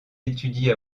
étudie